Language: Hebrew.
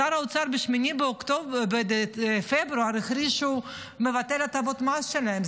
שר האוצר ב-8 בפברואר הכריז שהוא מבטל את הטבות המס שלהם.